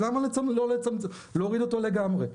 אז למה לא להוריד אותו לגמרי?